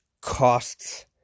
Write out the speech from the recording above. costs